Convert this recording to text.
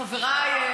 חבריי,